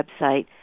website